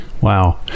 Wow